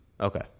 Okay